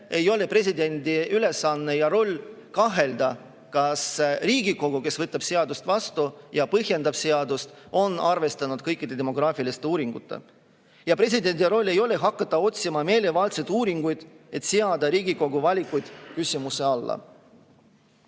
et presidendi ülesanne ja roll ei ole kahelda, kas Riigikogu, kes võtab seaduse vastu ja põhjendab seadust, on arvestanud kõikide demograafiliste uuringutega. Presidendi roll ei ole hakata otsima meelevaldselt uuringuid, et seada Riigikogu valikuid küsimuse alla.